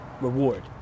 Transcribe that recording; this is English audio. reward